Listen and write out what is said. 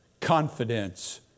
Confidence